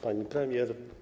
Pani Premier!